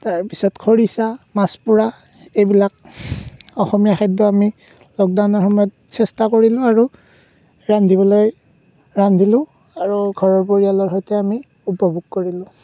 তাৰ পিছত খৰিচা মাছ পোৰা এইবিলাক অসমীয়া খাদ্য আমি লকডাউনৰ সময়ত চেষ্টা কৰিলোঁ আৰু ৰান্ধিবলৈ ৰান্ধিলোঁ আৰু ঘৰৰ পৰিয়ালৰ সৈতে আমি উপভোগ কৰিলোঁ